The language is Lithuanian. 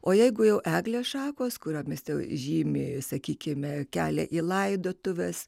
o jeigu jau eglės šakos kuriomis žymi sakykime kelią į laidotuves